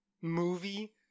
movie